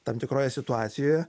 tam tikroje situacijoje